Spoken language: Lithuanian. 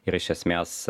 ir iš esmės